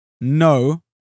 No